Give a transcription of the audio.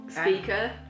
Speaker